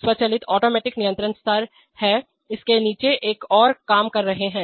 स्वचालित ऑटोमेटिकनियंत्रण स्तर पर इसके नीचे एक पर काम कर रहे हैं